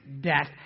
death